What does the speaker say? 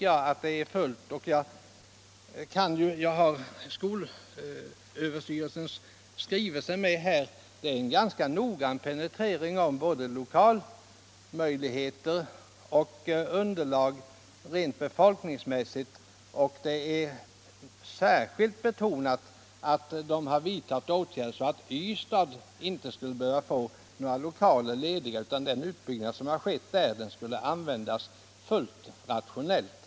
Jag har skolöverstyrelsens skrivelse här i min hand, och den är en ganska noggrann penetrering av både lokalmöjligheterna och det befolkningsmässiga underlaget. Man har där särskilt betonat att åtgärder har vidtagits för att Ystad inte skall få några lediga skollokaler. Den utbyggnad som skett där skall användas fullt rationellt.